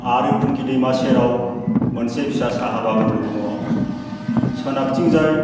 आरो फुंखि दैमा सेराव मोनसे फिसा साहा बागानबो दङ सोनाबथिंजाय